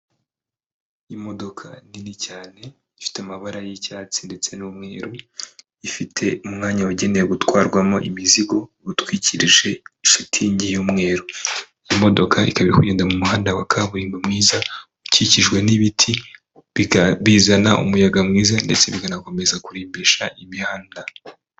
Imodoka nini cyane ifite amabara y'icyatsi ndetse n'umweru, ifite umwanya wagenewe gutwarwamo imizigo, utwikirije shitingi y'umweru. Imodoka ikaba iri kugenda mu muhanda wa kaburimbo mwiza ukikijwe n'ibiti bizana umuyaga mwiza ndetse bikanakomeza kurimbisha imihanda.